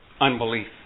unbelief